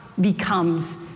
becomes